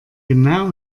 genau